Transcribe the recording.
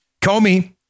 Comey